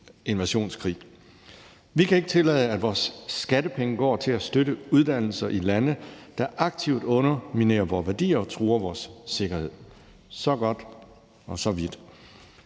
Vi kan ikke tillade, at vores skattepenge går til at støtte uddannelser i lande, der aktivt underminerer vore værdier og truer vores sikkerhed. Så vidt, så godt.